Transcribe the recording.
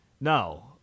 No